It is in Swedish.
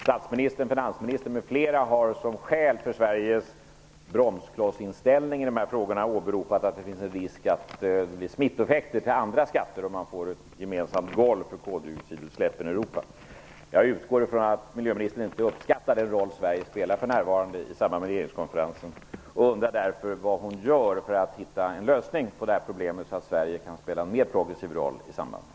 Statsministern och finansministern m.fl. har som skäl för Sveriges bromsklossinställning i de här frågorna åberopat att det finns risk för att det blir smittoeffekter på andra skatter om man får ett gemensamt golv för koldioxidutsläppen i Europa. Jag utgår från att miljöministern inte uppskattar den roll Sverige för närvarande spelar i samband med regeringskonferensen. Jag undrar därför vad hon gör för att hitta en lösning på problemet så att Sverige kan spela en mer progressiv roll i sammanhanget.